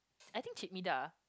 I think cik midah